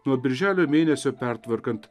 nuo birželio mėnesio pertvarkant